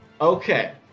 Okay